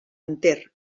enter